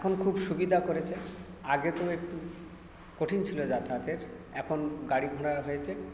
এখন খুব সুবিধা করেছে আগে তো একটু কঠিন ছিলো যাতায়াতের এখন গাড়ি ঘোড়া হয়েছে